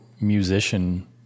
musician